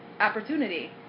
opportunity